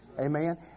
Amen